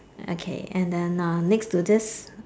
okay and then next to this